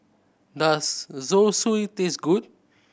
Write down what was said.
does Zosui taste good